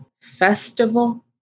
festival